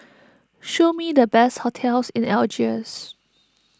show me the best hotels in Algiers